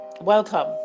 welcome